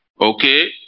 Okay